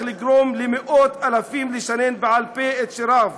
לגרום למאות אלפים לשנן בעל-פה את שיריו,